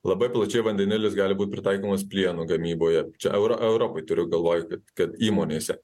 labai plačiai vandenilis gali būti pritaikomas plieno gamyboje čia eur europoj turiu galvoj kad kad įmonėse